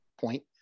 point